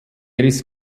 ist